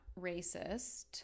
racist